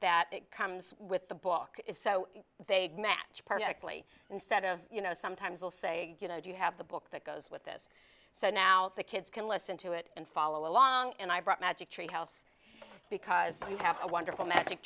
it comes with the book is so they match perfectly instead of you know sometimes they'll say you know do you have the book that goes with this so now the kids can listen to it and follow along and i brought magic treehouse because you have a wonderful magic